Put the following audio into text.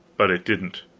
but it didn't.